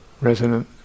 resonant